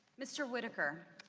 mister whitaker.